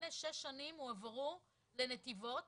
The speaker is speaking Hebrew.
שלפני שש שנים הועברו לנתיבות